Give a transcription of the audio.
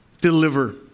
Deliver